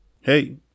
Hey